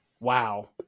wow